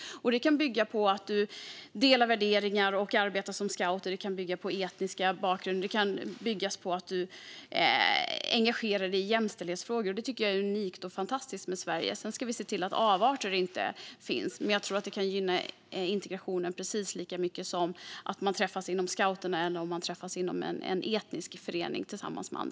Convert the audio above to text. Det kan bygga på att du delar värderingar och engagerar dig som scout, det kan bygga på etnisk bakgrund och det kan bygga på att du engagerar dig i jämställdhetsfrågor. Det tycker jag är unikt och fantastiskt med Sverige. Sedan ska vi se till att det inte finns avarter, men jag tror att det kan gynna integrationen precis lika mycket som att man träffas inom scouterna att man träffas inom en etnisk förening.